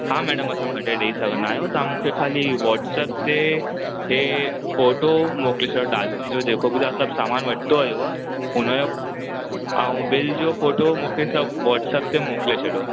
हा मैडम असां मटे ॾेई सघना आयूं तां मुखे खाली वाट्सअप ते हे फोटो मोकिले छॾियो डालियुनि जो जेको बि तां सब सामान वरतो हुयव उनयो आऊं बिल जो फोटो मुखे सब वाट्सअप ते मोकिले छॾियो